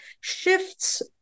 shifts